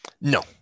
No